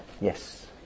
Yes